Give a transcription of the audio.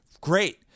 Great